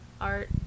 art